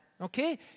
okay